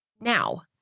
Now